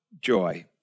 Joy